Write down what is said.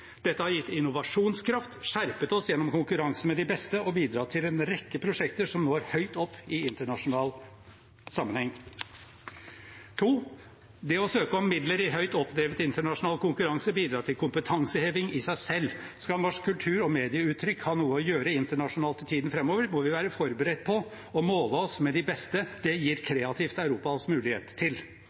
Dette har gitt innovasjonskraft, skjerpet oss gjennom konkurranse med de beste og bidratt til en rekke prosjekter som når høyt opp i internasjonal sammenheng. Å søke om midler i høyt oppdrevet internasjonal konkurranse bidrar til kompetanseheving i seg selv. Skal norsk kultur og medieuttrykk ha noe å gjøre internasjonalt i tiden framover, må vi være forberedt på å måle oss med de beste, og det gir Kreativt Europa oss mulighet til.